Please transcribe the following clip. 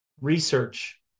research